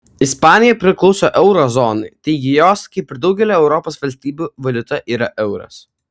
ispanija priklauso euro zonai taigi jos kaip ir daugelio europos valstybių valiuta yra euras